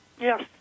Yes